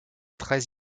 très